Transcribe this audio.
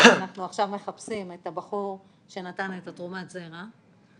אנחנו עכשיו מחפשים את הבחור שנתן את תרומת הזרע.